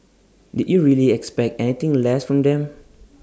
did you really expect anything less from them